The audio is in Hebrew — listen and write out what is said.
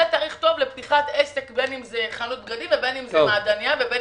לא היה